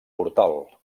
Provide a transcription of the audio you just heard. portal